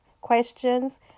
questions